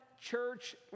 church